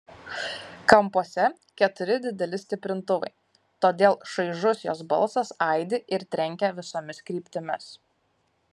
kampuose keturi dideli stiprintuvai todėl šaižus jos balsas aidi ir trenkia visomis kryptimis